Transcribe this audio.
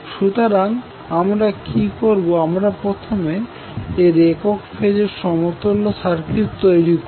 সুতরাং আমরা কী করব আমরা প্রথমে এর একক ফেজের সমতুল্য সার্কিট তৈরি করব